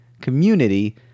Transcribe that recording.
community